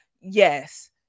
Yes